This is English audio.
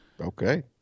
Okay